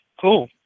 cool